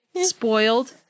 Spoiled